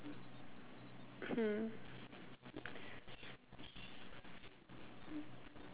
hmm